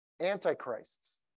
antichrists